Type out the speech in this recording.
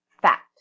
fact